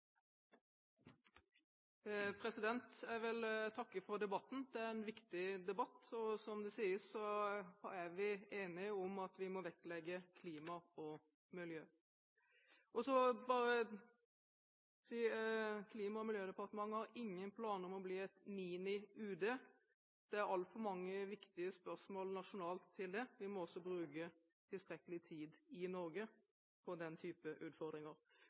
som det sies, er vi enige om at vi må vektlegge klima og miljø. Jeg vil bare si: Klima- og miljødepartementet har ingen planer om å bli et mini UD. Det er altfor mange viktige spørsmål nasjonalt til det. Vi må også bruke tilstrekkelig tid i Norge på den typen utfordringer.